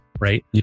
Right